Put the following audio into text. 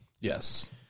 Yes